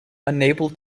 unable